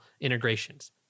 integrations